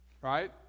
right